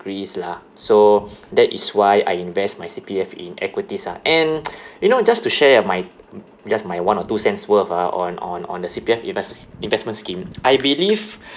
increase lah so that is why I invest my C_P_F in equities ah and you know just to share my just my one or two cents worth ah on on on the C_P_F invest~ investment scheme I believe